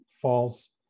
false